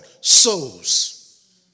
Souls